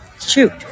Shoot